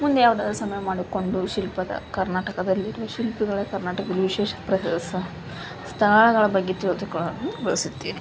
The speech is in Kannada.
ಮುಂದೆ ಯಾವಾಗಾದರೂ ಸಮಯ ಮಾಡಿಕೊಂಡು ಶಿಲ್ಪದ ಕರ್ನಾಟಕದಲ್ಲಿರುವ ಶಿಲ್ಪಿಗಳ ಕರ್ನಾಟಕದಲ್ಲಿರುವ ವಿಶೇಷ ಪ್ರವಾಸ ಸ್ಥಳಗಳ ಬಗ್ಗೆ ತಿಳಿದುಕೊಳ್ಳಲು ಬಯಸುತ್ತೇನೆ